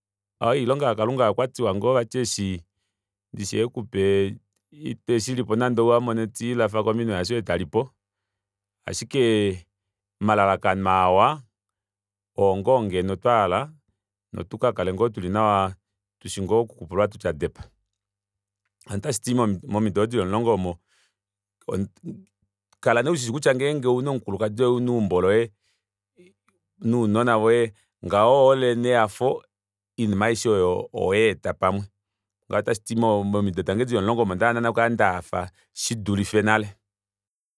Aaye oilonga yakalunga okwati ngoo eshi ekupa iheshilipo nande umone telilafa kominwe hashoye talipo ashike omalalakano mawa oongoo ngeno twahala notukakale ngoo tuli nawa tushi ngoo okukupulwa tutya depa notashiti momido odo dili omulongo omo kala nee ushi kutya ngenge ouna omukulukadi nounona voye neumbo loye ngaho ohole nehafo oinima aishe oyo oweeta pamwe ngaho otashiti momido dange dili omulongo omo onda hala okukala ndahafa shidulife nale